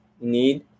need